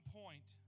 point